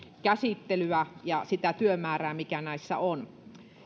käsittelyä ja sitä työmäärää mikä näissä on